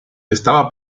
estaba